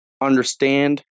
understand